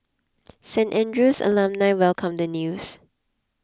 Saint Andrew's alumni welcomed the news